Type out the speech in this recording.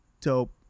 dope